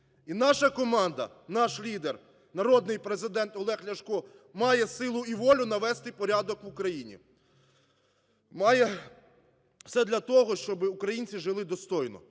І наша команда, наш лідер – народний президент Олег Ляшко – має силу і волю навести порядок в Україні, має все для того, щоби українці жили достойно,